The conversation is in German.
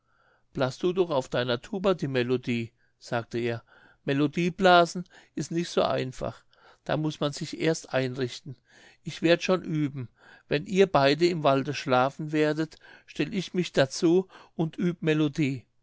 blas du doch auf deiner tuba die melodie sagte er melodie blasen is nich so einfach da muß man sich erst einrichten ich werd schon üben wenn ihr beide im walde schlafen werdet stell ich mich dazu und üb melodie